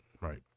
Right